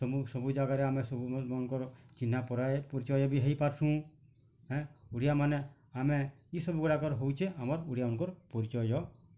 ସମୁଁ ସବୁ ଜାଗାରେ ଆମେ ସବୁ ମାନଙ୍କର୍ ଚିହ୍ନା ପରାୟେ ପରିଚୟ ବି ହେଇ ପାରସୁଁ ଓଡ଼ିଆମାନେ ଆମେ ଇ ସବୁ ଗୁଡ଼ାକର୍ ହଉଛେ ଆମର୍ ଓଡ଼ିଆମାନଙ୍କର୍ ପରିଚୟ